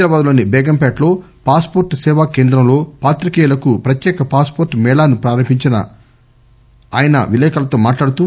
హైదరాబాద్ లోని బేగంపేటలో passport సేవా కేంద్రంలో పాత్రికేయులకు ప్రత్యేక పాస్ పోర్లు మేళాను ప్రారంభించి ఆయన విలేకరులతో మాట్లాడుతూ